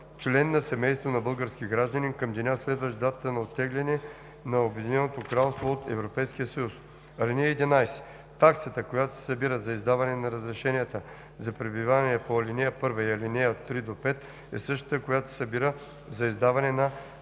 „член семейство на български гражданин към деня, следващ датата на оттегляне на Обединеното кралство от Европейския съюз“. (11) Таксата, която се събира за издаване на разрешенията за пребиваване по ал. 1 и ал. 3 – 5 е същата, която се събира за издаване на